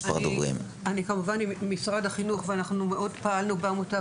כמובן עם משרד החינוך, ואנחנו פעלנו מאוד בעמותה.